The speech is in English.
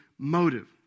motive